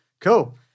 Cool